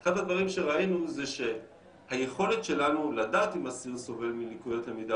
אחד הדברים שראינו זה שהיכולת שלנו לדעת אם אסיר סובל מלקויות למידה